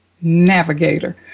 navigator